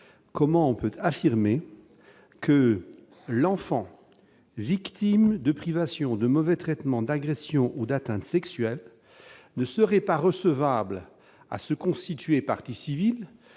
comment l'on peut affirmer que l'enfant victime de privations, de mauvais traitements, d'agressions ou d'atteintes sexuelles ne serait pas recevable à se constituer partie civile à